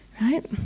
right